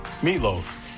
meatloaf